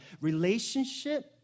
relationship